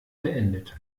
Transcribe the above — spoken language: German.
beendet